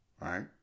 right